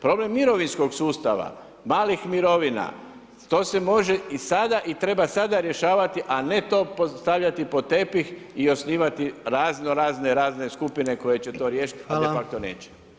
Problem mirovinskog sustava, malih mirovina, to se može i sada i treba sada rješavati a ne to stavljati pod tepih i osnivati raznorazne razne skupine koje će to riješiti ili ipak to neće.